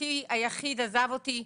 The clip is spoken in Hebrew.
אחי היחיד עזב אותי,